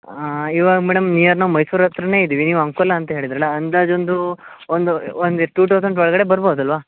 ಹಾಂ ಇವಾಗ madam near ನಾವು ಮೈಸೂರ್ ಹತ್ರನೇ ಇದೀವಿ ನೀವು ಅಂಕೋಲಾ ಅಂತ ಹೇಳಿದ್ರಲ್ಲ ಅಂದಾಜು ಒಂದು ಒಂದು ಒಂದು ಟೂ ತೌಸಂಡ್ ಒಳಗಡೆ ಬರ್ಬೋದು ಅಲ್ವ